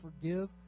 forgive